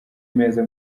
meza